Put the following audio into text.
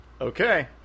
Okay